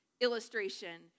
illustration